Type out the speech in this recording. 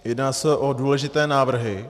Jedná se o důležité návrhy.